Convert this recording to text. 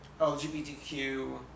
LGBTQ